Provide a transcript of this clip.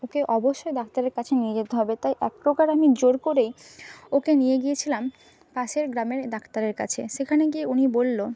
ওকে অবশ্যই ডাক্তারের কাছে নিয়ে যেতে হবে তাই এক প্রকার আমি জোর করেই ওকে নিয়ে গিয়েছিলাম পাশের গ্রামের ডাক্তারের কাছে সেখানে গিয়ে উনি বললো